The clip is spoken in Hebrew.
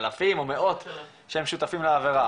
אלפים או מאות שהם שותפים לעבירה.